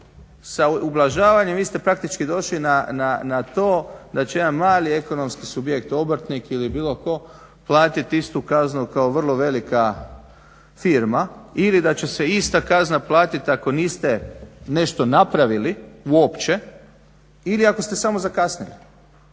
Sa ublažavanjem vi ste praktički došli na to da će jedan mali ekonomski subjekt, obrtnik ili bilo tko platit istu kaznu kao vrlo velika firma ili da će se ista kazna platit ako niste nešto napravili uopće ili ako ste samo zakasnili.